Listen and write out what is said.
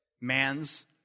man's